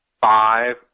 five